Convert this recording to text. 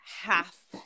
half